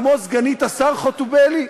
כמו סגנית השר חוטובלי,